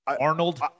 Arnold